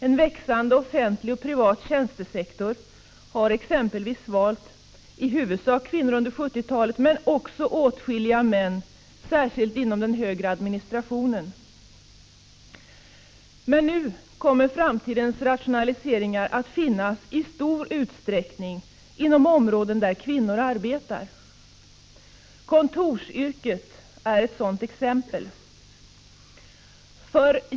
En växande offentlig och privat tjänstesektor har exempelvis svalt i huvudsak kvinnor under 1970-talet, men också åtskilliga män, särskilt inom den högre administrationen. Men nu kommer framtidens rationaliseringar att finnas i stor utsträckning inom områden där kvinnor arbetar. 103 Kontorsyrket är ett sådant exempel.